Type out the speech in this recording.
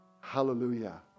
hallelujah